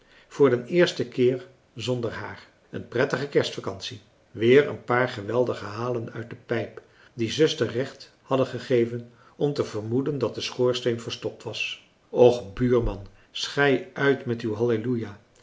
voor den eersten keer zonder haar een prettige kerstvacantie weer een paar geweldige halen uit de pijp die zuster recht hadden gegeven om te vermoeden dat de schoorsteen verstopt was och buurman schei uit met uw halleluja